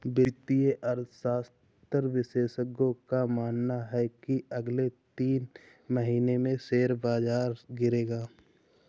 वित्तीय अर्थशास्त्र विशेषज्ञों का मानना है की अगले तीन महीने में शेयर बाजार गिरेगा